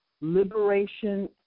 liberation